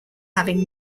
having